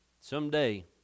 someday